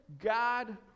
God